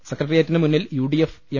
സെക്രട്ടേറിയറ്റിനു മുന്നിൽ U D F M